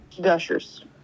gushers